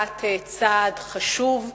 צעד חשוב,